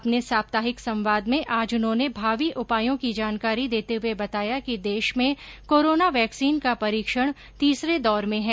अपने साप्ताहिक संवाद में आज उन्होंने भावी उपायों की जानकारी देते हुये बताया कि देश में कोरोना वैक्सीन का परीक्षण तीसरे दौर में है